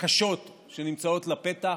קשות שנמצאות לפתח,